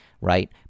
right